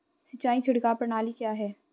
सिंचाई छिड़काव प्रणाली क्या है?